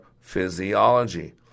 physiology